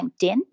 LinkedIn